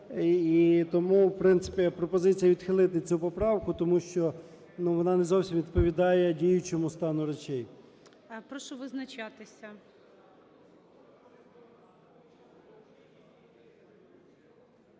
І тому, в принципі, пропозиція відхилити цю поправку, тому що, ну, вона не зовсім відповідає дію чому стану речей. ГОЛОВУЮЧИЙ. Прошу визначатися.